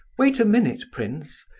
wait a minute, prince,